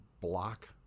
block